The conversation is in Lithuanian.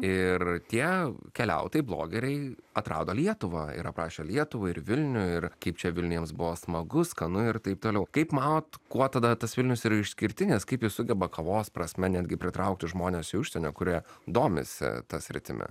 ir tie keliautojai blogeriai atrado lietuvą ir aprašė lietuvą ir vilnių ir kaip čia vilniuj jiems buvo smagu skanu ir taip toliau kaip manot kuo tada tas vilnius yra išskirtinis kaip jis sugeba kovos prasme netgi pritraukti žmones į užsienio kurie domisi ta sritimi